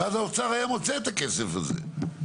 ואז האוצר כן היה מוצא את הכסף הזה.